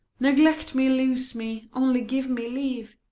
neglect me, lose me only give me leave,